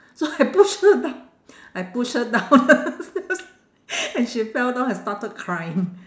so I push her down I push her down and she fell down and started crying